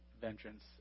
vengeance